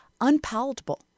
unpalatable